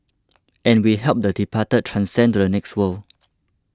and we help the departed transcend to the next world